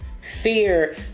fear